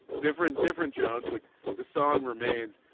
different different jones but the song remains.